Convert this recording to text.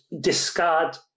discard